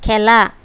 খেলা